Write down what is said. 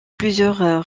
plusieurs